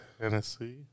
Tennessee